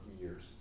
years